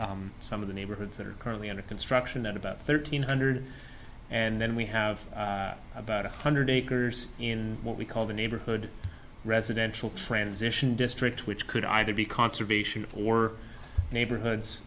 and some of the neighborhoods that are currently under construction at about thirteen hundred and then we have about one hundred acres in what we call the neighborhood residential transition district which could either be conservation or neighborhoods